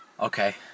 Okay